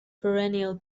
perennial